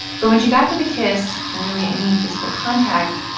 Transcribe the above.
but when she got to the kiss or, really, any physical contact,